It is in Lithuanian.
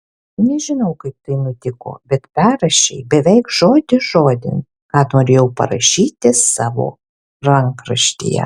nežinau kaip tai nutiko bet perrašei beveik žodis žodin ką norėjau parašyti savo rankraštyje